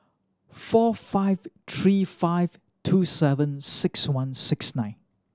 four five three five two seven six one six nine